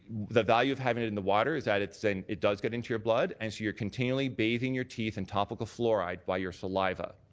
the value of having it in the water is that and it does get into your blood and so you're continually bathing your teeth in topical fluoride by your saliva.